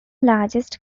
largest